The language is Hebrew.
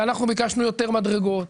ואנחנו ביקשנו יותר מדרגות.